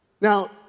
Now